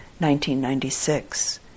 1996